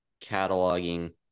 cataloging